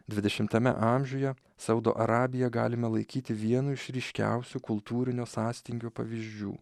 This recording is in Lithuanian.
dvidešimtame amžiuje saudo arabiją galime laikyti vienu iš ryškiausių kultūrinio sąstingio pavyzdžių